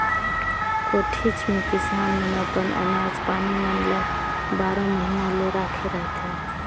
कोठीच मे किसान मन अपन अनाज पानी मन ल बारो महिना ले राखे रहथे